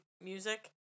music